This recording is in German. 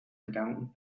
gedanken